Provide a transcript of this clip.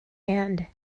and